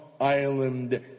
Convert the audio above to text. Island